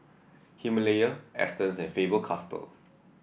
Himalaya Astons and Faber Castell